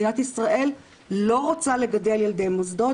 כי מדינת ישראל לא רוצה לגדל ילדי מוסדות